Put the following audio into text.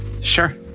Sure